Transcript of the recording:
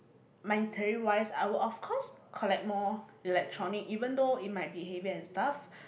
my terry wise I will of course collect more electronics even though in my behavior and stuff